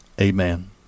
amen